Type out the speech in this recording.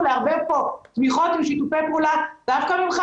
לערבב פה תמיכות עם שיתופי פעולה דווקא ממך,